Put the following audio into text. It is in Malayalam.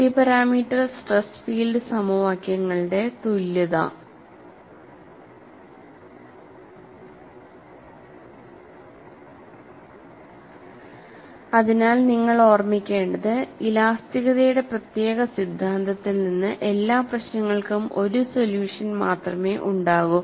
മൾട്ടി പാരാമീറ്റർ സ്ട്രെസ് ഫീൽഡ് സമവാക്യങ്ങളുടെ തുല്യത അതിനാൽ നിങ്ങൾ ഓർമ്മിക്കേണ്ടത് ഇലാസ്തികതയുടെ പ്രത്യേകത സിദ്ധാന്തത്തിൽ നിന്ന് എല്ലാ പ്രശ്നങ്ങൾക്കും ഒരു സൊല്യൂഷൻ മാത്രമേ ഉണ്ടാകൂ